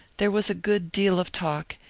there was a good deal of talk,